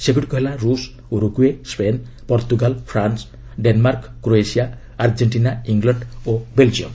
ସେଗୁଡ଼ିକ ହେଲା Russia Uruguay Spain Portugal France Denmark Croatia Argentina England ଓ ବେଲ୍ଜିୟମ୍